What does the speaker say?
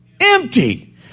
empty